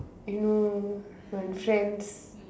you when friends